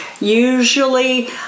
usually